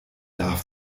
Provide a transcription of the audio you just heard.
darf